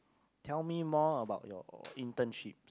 tell me more about your internship